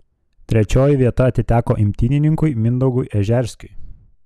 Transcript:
trečioji vieta atiteko imtynininkui mindaugui ežerskiui